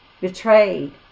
betrayed